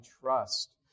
trust